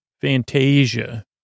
Fantasia